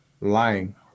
lying